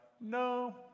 no